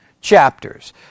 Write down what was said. chapters